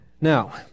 Now